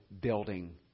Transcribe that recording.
building